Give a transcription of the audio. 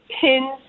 pins